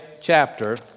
chapter